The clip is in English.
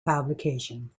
publication